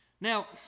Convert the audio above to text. now